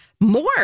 more